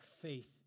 faith